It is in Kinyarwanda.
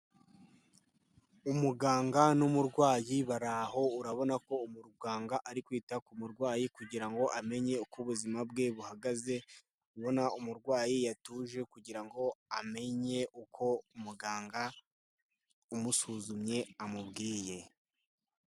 Umuganga n'umurwayi bari aho urabona ko umuganga ari kwita ku kumurwayi kugira ngo amenye uko ubuzima bwe buhagaze, ubona umurwayi yatuje kugira ngo amenye uko umuganga umusuzumye amubwiye.